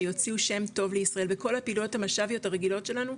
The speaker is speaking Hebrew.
שיוציאו שם טוב לישראל וכל הפעילויות המש"ביות הרגילות שלנו,